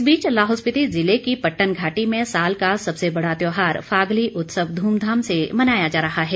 इस बीच लाहौल स्पीति ज़िले की पट्टन घाटी में साल का सबसे बड़ा त्योहार फागली उत्सव ध्मधाम से मनाया जा रहा है